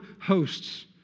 hosts